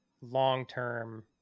long-term